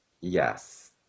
Yes